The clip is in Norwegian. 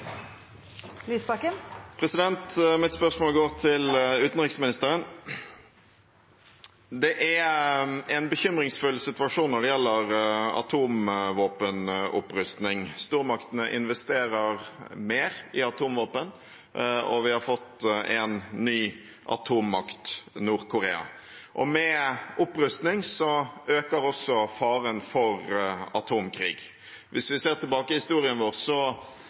Mitt spørsmål går til utenriksministeren. Det er en bekymringsfull situasjon når det gjelder atomvåpenopprustning. Stormaktene investerer mer i atomvåpen, og vi har fått en ny atommakt, Nord-Korea. Med opprustningen øker også faren for atomkrig. Hvis vi ser tilbake i historien vår,